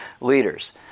leaders